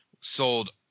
sold